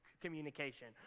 communication